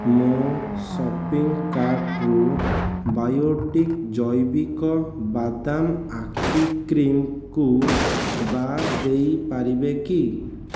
ମୋ' ଶପିଂ କାର୍ଟ୍ରୁ ବାୟୋଟିକ୍ ଜୈବିକ ବାଦାମ ଆଖି କ୍ରିମ୍କୁ ବାଦ୍ ଦେଇପାରିବେ କି